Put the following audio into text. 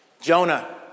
Jonah